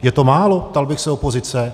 Je to málo? ptal bych se opozice.